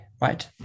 right